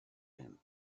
him